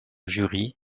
jury